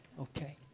Okay